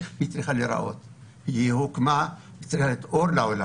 היא הוקמה על מנת להיות אור לעולם.